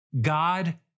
God